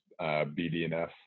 BDNF